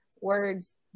words